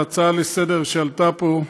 ההצעה לסדר-היום שעלתה פה,